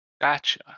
Gotcha